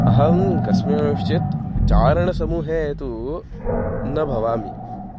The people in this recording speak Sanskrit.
अहं कस्मिँश्चित् चारणसमूहे तु न भवामि